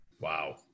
Wow